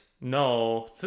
No